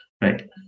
right